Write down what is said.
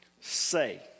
say